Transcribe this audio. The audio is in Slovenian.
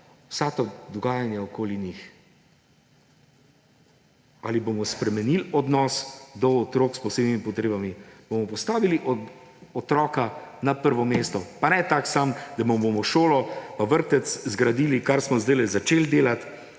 vsa ta dogajanja okoli njih? Ali bomo spremenili odnos do otrok s posebnimi potrebami? Ali bomo postavili otroka na prvo mesto? Pa ne tako samo, da mu bomo šolo, vrtec zgradili, kar smo sedaj začeli delati,